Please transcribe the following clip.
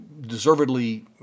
deservedly